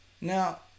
Now